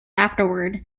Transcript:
afterward